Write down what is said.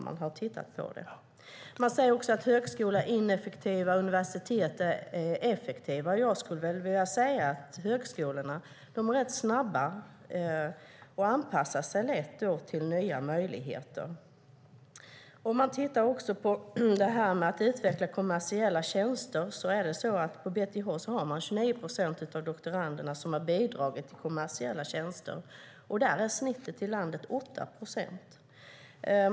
Man säger också att högskolor är ineffektiva och att universitet är effektiva. Jag skulle vilja säga att högskolorna är rätt snabba och lätt anpassar sig till nya möjligheter. Om man tittar på detta med att utveckla kommersiella tjänster: På BTH är det 29 procent av doktoranderna som har bidragit till kommersiella tjänster, medan snittet i landet är 8 procent.